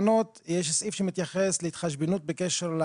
הרכיב של שי לחג לפי סעיף 8 לצו ההרחבה --- שאלה או הערה.